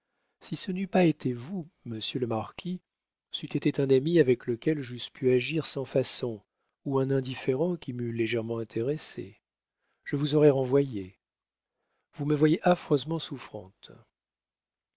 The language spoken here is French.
si ce n'eût pas été vous monsieur le marquis si c'eût été un ami avec lequel j'eusse pu agir sans façon ou un indifférent qui m'eût légèrement intéressée je vous aurais renvoyé vous me voyez affreusement souffrante